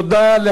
תודה רבה.